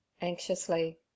Anxiously